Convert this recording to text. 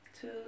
two